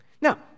Now